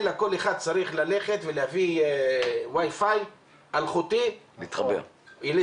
כל אחד צריך ללכת ולהביא ווייפי אלחוטי ולהתחבר.